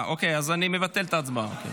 אני מבטל את ההצבעה.